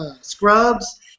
scrubs